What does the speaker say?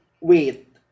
Wait